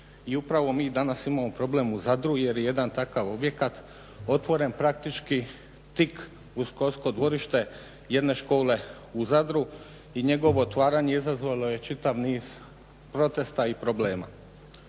I upravo mi danas imamo problem u Zadru jer je jedan takav objekat otvoren praktički tik uz školsko dvorište, jedne škole u Zadru i njegovo otvaranje izazvalo je čitav niz protesta i problema.